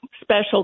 special